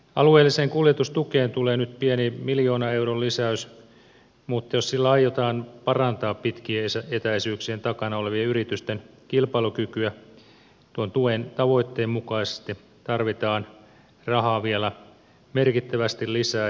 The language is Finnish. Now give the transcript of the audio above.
alueelliseen kuljetustukeen tulee nyt pieni miljoonan euron lisäys mutta jos sillä aiotaan parantaa pitkien etäisyyksien takana olevien yritysten kilpailukykyä tuon tuen tavoitteen mukaisesti tarvitaan rahaa vielä merkittävästi lisää